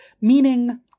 meaning